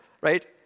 right